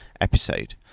episode